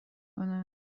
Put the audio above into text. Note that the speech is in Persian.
کنم